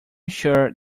sure